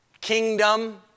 kingdom